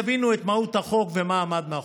חשוב לי שתבינו את מהות החוק ומה עמד מאחוריו.